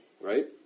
right